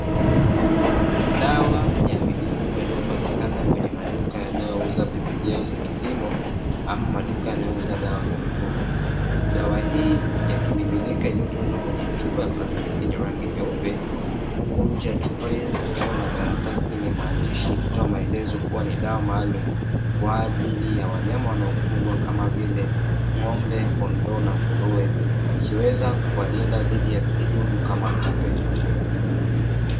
Dawa ya mifugo inayopatikana kwenye maduka ya nayo uza pembejeo za kilimo ama maduka yanayouza dawa za mifugo, dawa hii ya kimiminika iliyotunzwa kwenye chupa ya prastiki yenye rangi nyeupe huku nyumani ya chupa hiyo kukiwa na karatasi yenye maandishi kutoa maelezo Kuwa ni dawa maalumu kwa ajili ya wanyama wanaofugwa kama vile ng'ombe, kondoo na nguruwe, Kuweza kuwa Linda dhidi ya wadudu kama kupe.